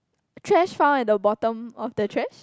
trash found at the bottom of the trash